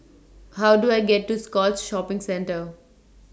How Do I get to Scotts Shopping Centre